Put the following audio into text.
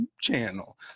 channel